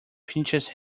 pinches